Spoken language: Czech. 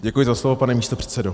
Děkuji za slovo, pane místopředsedo.